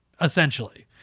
essentially